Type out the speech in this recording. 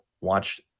watch